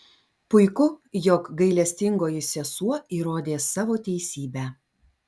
puiku jog gailestingoji sesuo įrodė savo teisybę